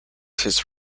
his